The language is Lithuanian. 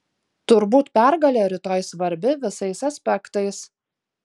turbūt pergalė rytoj svarbi visais aspektais